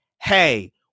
hey